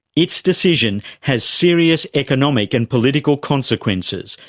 its decision has serious economic and political consequences,